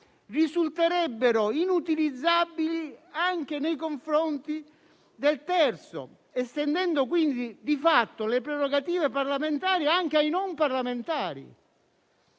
risulterebbero inutilizzabili anche nei confronti del terzo, estendendo, quindi, di fatto le prerogative parlamentari anche ai non parlamentari.